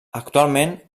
actualment